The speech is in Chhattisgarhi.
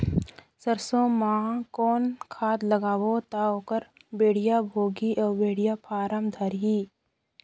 सरसो मा कौन खाद लगाबो ता ओहार बेडिया भोगही अउ बेडिया फारम धारही?